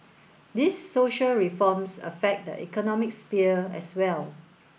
these social reforms affect the economic sphere as well